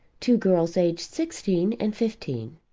two girls aged sixteen and fifteen.